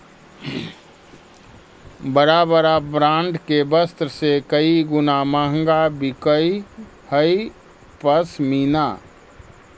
बड़ा बड़ा ब्राण्ड के वस्त्र से कई गुणा महँगा बिकऽ हई पशमीना